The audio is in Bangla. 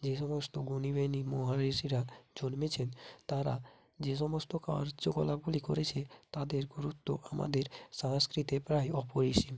যে সমস্ত গুণী বেনী মহাঋষিরা জন্মেছেন তারা যে সমস্ত কার্যকলাপগুলি করেছে তাদের গুরুত্ব আমাদের সংস্কৃতে প্রায় অপরিসীম